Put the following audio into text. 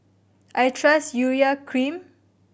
I trust Urea Cream